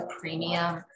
premium